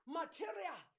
material